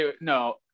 no